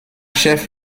chef